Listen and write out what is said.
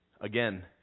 again